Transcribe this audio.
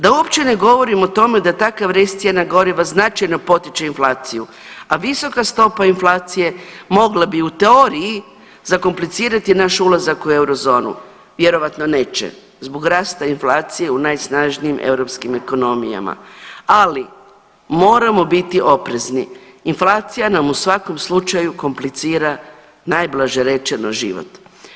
Da uopće ne govorim o tome da takav rast cijena goriva značajno potiče inflaciju, a visoka stopa inflacije mogla bi u teoriji zakomplicirati naš ulazak u eurozonu, vjerojatno neće zbog rasta inflacije u najsnažnijim europskim ekonomijama, ali moramo biti oprezni, inflacija nam u svakom slučaju komplicira najblaže rečeno život.